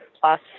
plus